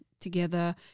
together